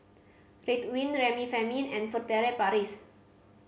Ridwind Remifemin and Furtere Paris